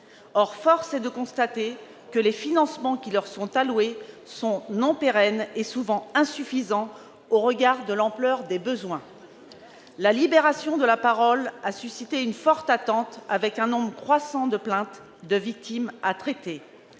Or force est de constater que les financements qui leur sont alloués sont non pérennes et souvent insuffisants au regard de l'ampleur des besoins. La libération de la parole a suscité une forte attente, avec un nombre croissant de plaintes de victimes à traiter.